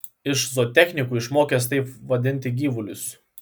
iš zootechnikių išmokęs taip vadinti gyvulius